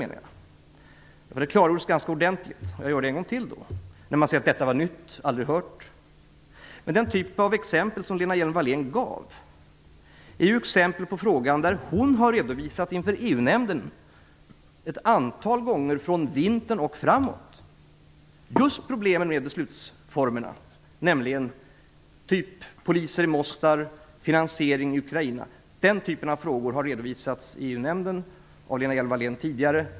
Frågan har klargjorts ganska ordentligt, men jag gör det en gång till. Man säger att det som sades var nytt och att man aldrig hört det. Men de exempel som Lena Hjelm Wallén gav är ju exempel på frågor som hon har redovisat inför EU-nämnden. Hon har ett antal gånger från vintern och framåt redovisat just problemen med beslutsformerna. Frågor av typen poliser i Mostar och finansiering i Ukraina har redovisats i EU-nämnden av Lena Hjelm-Wallén tidigare.